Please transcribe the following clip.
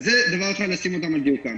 זה דבר אחד, לשים אותם על דיוקם.